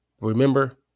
Remember